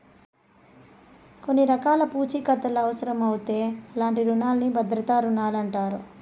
కొన్ని రకాల పూఛీకత్తులవుసరమవుతే అలాంటి రునాల్ని భద్రతా రుణాలంటారు